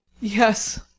Yes